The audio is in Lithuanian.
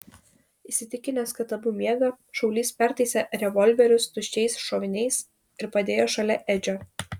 įsitikinęs kad abu miega šaulys pertaisė revolverius tuščiais šoviniais ir padėjo šalia edžio